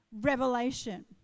revelation